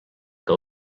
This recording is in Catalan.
que